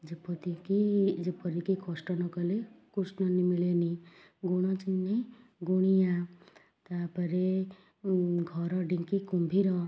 ଯେପଦି କି ଯେପରିକି କଷ୍ଟ ନ କଲେ କୃଷ୍ଣ ନ ମିଳେନି ଗୁଣ ଚିହ୍ନେ ଗୁଣିଆ ତା'ପରେ ଘର ଢିଙ୍କି କୁମ୍ଭୀର